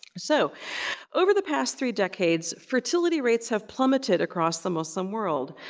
so over the past three decades, fertility rates have plummeted across the muslim world.